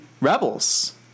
Rebels